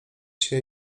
się